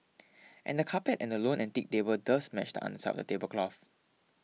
and the carpet and the lone antique table does match the underside of the tablecloth